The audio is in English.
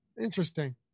Interesting